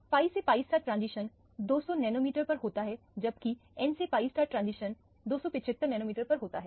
pi से pi transition 200 nanometre पर होता है जबकि n से pi ट्रांजिशन 275 नैनोमीटर पर होता है